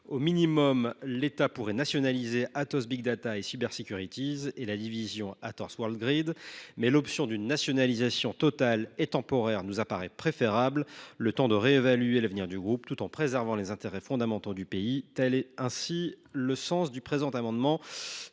Au minimum, l’État pourrait nationaliser Atos Big Data and Cybersecurities (BDS) et la division Atos Worldgrid. Mais l’option d’une nationalisation totale et temporaire apparaît préférable, le temps de réévaluer l’avenir du groupe, tout en préservant les intérêts fondamentaux du pays. Tel est, ainsi, le sens de cet amendement.